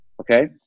Okay